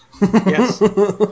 Yes